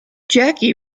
jackie